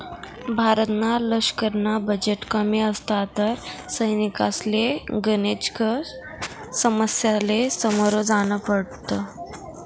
भारतना लशकरना बजेट कमी असता तर सैनिकसले गनेकच समस्यासले समोर जान पडत